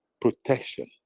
protection